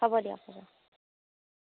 হ'ব দিয়ক হ'ব